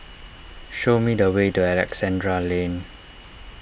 show me the way to Alexandra Lane